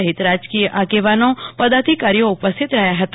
સહિત રાજકીય આગેવાનોપદાધિકારીઓ ઉપસ્થિત રહ્યા હતા